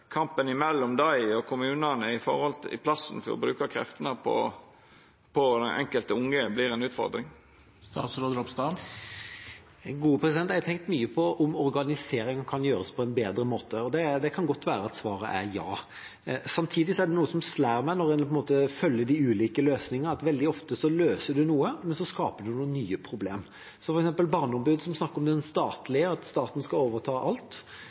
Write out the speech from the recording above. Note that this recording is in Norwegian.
kampen mellom dei og kommunane, i plassen for å bruka kreftene på den enkelte ungen, vert ei utfordring? Jeg har tenkt mye på om organiseringen kan gjøres på en bedre måte, og det kan godt være at svaret er ja. Samtidig er det noe som slår meg når en følger de ulike løsningene: at veldig ofte løser man noe, men så skaper man noen nye problemer. Ta f.eks. Barneombudet, som snakker om det statlige, at staten skal overta alt.